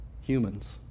humans